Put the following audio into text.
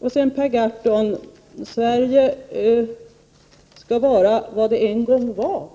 Vidare menar Per Gahrton att Sverige skall vara vad det en gång var.